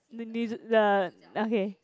the the okay